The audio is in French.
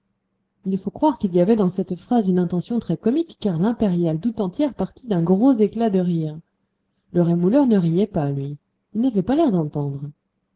il faut croire qu'il y avait dans cette phrase une intention très comique car l'impériale tout entière partit d'un gros éclat de rire le rémouleur ne riait pas lui il n'avait pas l'air d'entendre